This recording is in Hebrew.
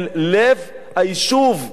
אל לב היישוב,